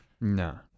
no